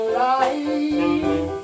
life